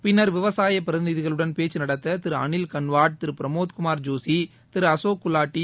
பின்னர் விவசாய பிரதிநிதிகளுடன் பேச்சு நடத்த திரு அளில் கன்வாட் திரு பிரமோத் குமார் ஜோஷி திரு அசோக் குலாட்டி